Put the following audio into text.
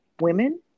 women